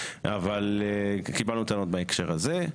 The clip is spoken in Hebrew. אבל קיבלנו טענות בהקשר הזה.